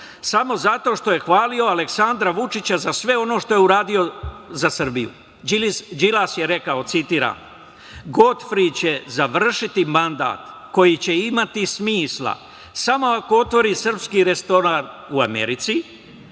Samo zato što je hvalio Aleksandra Vučića za sve ono što je uradio za Srbiju. Đilas je rekao, citiram: „Godfri će završiti mandat koji će imati smisla samo ako otvori srpski restoran u Americi,